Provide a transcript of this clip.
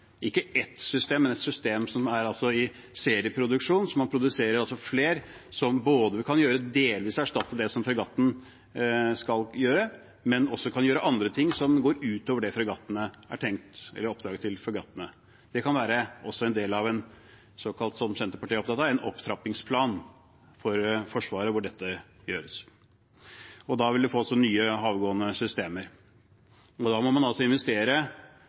ikke ett system, men et system som er i serieproduksjon, slik at man produserer flere, som delvis kan erstatte det fregatten skal gjøre, men også kan gjøre andre ting som går utover oppdraget til fregattene. Dette kan også gjøres som en del av – som Senterpartiet er opptatt av – en opptrappingsplan for Forsvaret. Da vil man også få nye havgående systemer. Men da må man investere